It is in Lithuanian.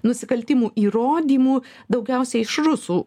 nusikaltimų įrodymų daugiausiai iš rusų